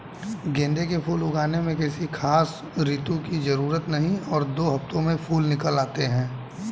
गेंदे के फूल उगाने में किसी खास ऋतू की जरूरत नहीं और दो हफ्तों में फूल निकल आते हैं